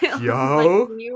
Yo